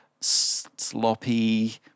sloppy